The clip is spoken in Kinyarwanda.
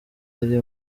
ari